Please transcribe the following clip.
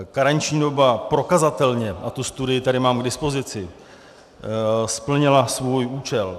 Karenční doba prokazatelně, a tu studii tady mám k dispozici, splnila svůj účel.